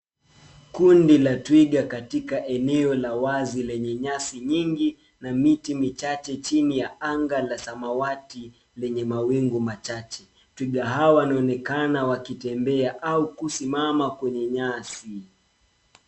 Kundi la twiga katika eneo lenye nyasi nyingi, na miti michache chini ya anga la samawati, lenye mawingu machache. Twiga hawa wanaonekana wakitembea, au kusimama kwenye nyasi.